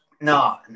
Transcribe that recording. No